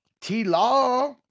T-Law